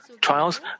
trials